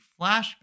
flashback